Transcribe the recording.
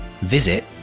visit